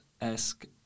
ask